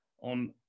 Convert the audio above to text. on